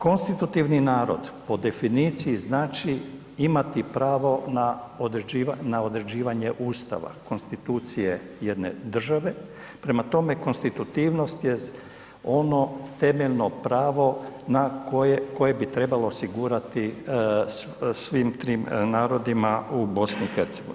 Konstitutivni narod po definiciji znači imati pravo na određivanje Ustava, konstitucije jedne države, prema tome, konstitutivnost je ono temeljno pravo na koje, koje bi trebalo osigurati svim trim narodima u BiH.